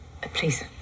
Please